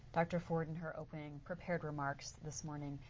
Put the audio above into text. dr. ford in her opening prepared remarks this morning.